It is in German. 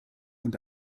und